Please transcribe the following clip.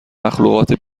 مخلوقات